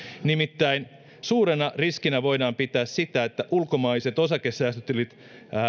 nimittäin suurena riskinä voidaan pitää sitä että ulkomaiset osakesäästötilit